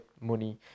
money